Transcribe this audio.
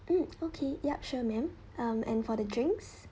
mm okay yup sure ma'am um and for the drinks